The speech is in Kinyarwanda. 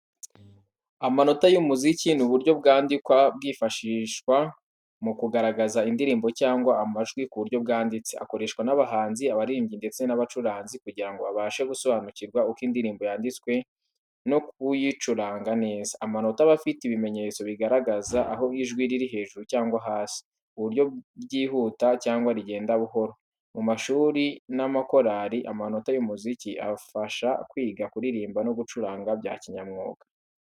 Amanota y’umuziki ni uburyo bwandikwa bwifashishwa mu kugaragaza indirimbo cyangwa amajwi mu buryo bwanditse. Akoreshwa n’abahanzi, abaririmbyi ndetse n’abacuranzi kugira ngo babashe gusobanukirwa uko indirimbo yanditswe no kuyicuranga neza. Amanota aba afite ibimenyetso bigaragaza aho ijwi riri hejuru cyangwa hasi, uburyo ryihuta cyangwa rigenda buhoro. Mu mashuri n’amakorari, amanota y’umuziki afasha kwiga kuririmba no gucuranga bya kinyamwuga.